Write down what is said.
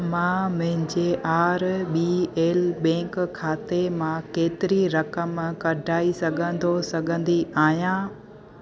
मां मुंहिंजे R B L bank खाते मां केतिरी रक़म कढाए सघंदो सघंदी आहियां